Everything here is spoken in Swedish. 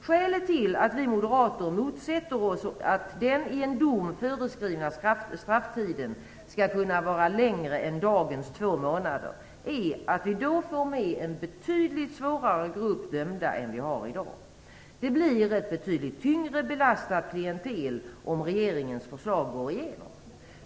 Skälet till att vi moderater motsätter oss att den i en dom föreskrivna strafftiden skall kunna vara längre än dagens två månader, är att vi då får med en betydligt svårare grupp dömda än vi har i dag. Det blir ett betydligt tyngre belastat klientel om regeringens förslag går igenom.